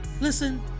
Listen